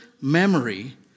memory